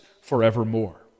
forevermore